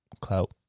Clout